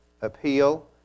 appeal